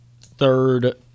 third